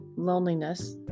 loneliness